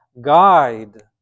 guide